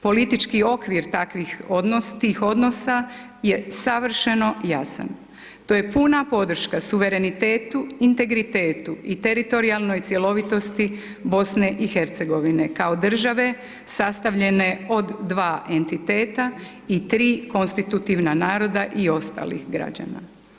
Politički okvir tih odnosa je savršeno jasan, to je puna podrška suverenitetu i integritetu i teritorijalnoj cjelovitosti BiH-a kao države sastavljene od dva entiteta i tri konstitutivna naroda i ostalih građana.